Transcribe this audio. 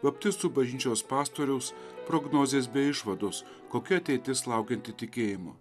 baptistų bažnyčios pastoriaus prognozės bei išvados kokia ateitis laukianti tikėjimo